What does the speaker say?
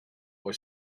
for